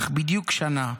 אך בדיוק אחרי שנה,